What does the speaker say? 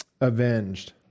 avenged